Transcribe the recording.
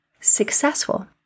successful